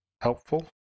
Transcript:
helpful